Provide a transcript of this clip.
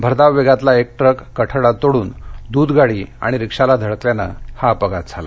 भरधाव वेगातला ट्रक कठडा तोडून दूध गाडी आणि रिक्षाला धडकल्यानं हा अपघात झाला